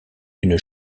une